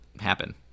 happen